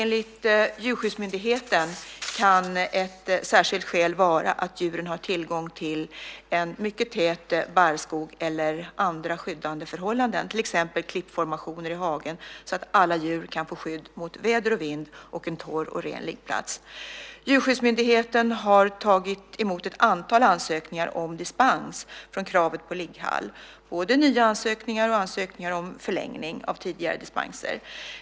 Enligt Djurskyddsmyndigheten kan ett särskilt skäl vara att djuren har tillgång till en mycket tät barrskog eller andra skyddande förhållanden, till exempel klippformationer i hagen så att alla djur kan få skydd mot väder och vind och en torr och ren liggplats. Djurskyddsmyndigheten har tagit emot ett antal ansökningar om dispens från kravet på ligghall, både nya ansökningar och ansökningar om förlängning av tidigare dispenser.